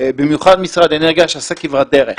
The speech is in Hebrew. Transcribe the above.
במיוחד משרד האנרגיה שעשה כברת דרך.